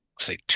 Say